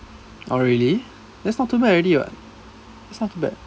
oh really that's not too bad already [what] that's not too bad